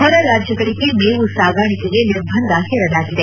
ಹೊರರಾಜ್ಯ ಮೇವು ಸಾಗಾಣಿಕೆಗೆ ನಿರ್ಬಂಧ ಹೇರಲಾಗಿದೆ